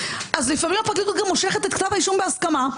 אז לפעמים הפרקליטות גם מושכת את כתב האישום בהסכמה,